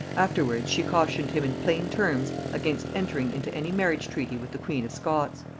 afterwards she cautioned him in plain terms against entering into any marriage treaty with the queen of scots.